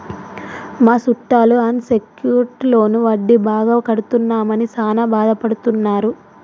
మా సుట్టాలు unsecured loan వడ్డీ బాగా కడుతున్నామని సాన బాదపడుతున్నారు